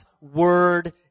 word